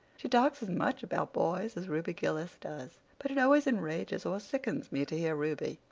she talks as much about boys as ruby gillis does. but it always enrages or sickens me to hear ruby,